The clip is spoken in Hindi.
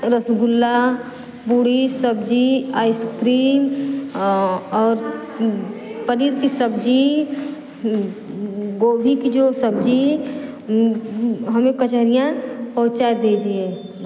रसगुल्ला पूड़ी सब्जी आइसक्रीम और पनीर की सब्जी गोबी की जो सब्जी हमें कचहरियाँ पहुँचा दीजिए